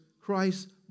Christ